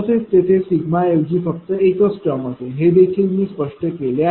तसेच तेथे सिग्मा ऐवजी फक्त एकच टर्म असेल हे देखील मी स्पष्ट केले आहे